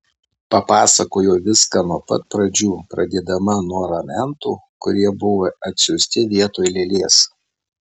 papasakojo viską nuo pat pradžių pradėdama nuo ramentų kurie buvo atsiųsti vietoj lėlės